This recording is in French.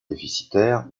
déficitaire